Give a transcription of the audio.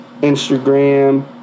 Instagram